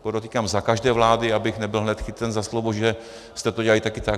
Podotýkám za každé vlády, abych nebyl hned chycen za slovo, že jste to dělali také tak.